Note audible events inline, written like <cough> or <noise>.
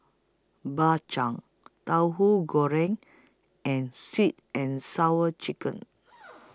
Bak Chang Tauhu Goreng and Sweet and Sour Chicken <noise>